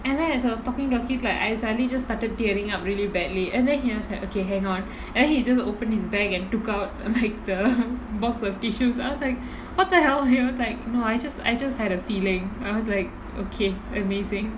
and then as I was talking talking like I suddenly just started tearing up really badly and then he was like okay hang on and then he just open his bag and took out like the box of tissues I was like what the hell he was like no I just I just had a feeling I was like okay amazing